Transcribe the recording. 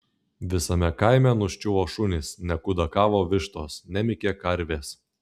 visame kaime nuščiuvo šunys nekudakavo vištos nemykė karvės